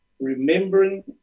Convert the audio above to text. remembering